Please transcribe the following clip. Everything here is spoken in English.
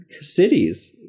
cities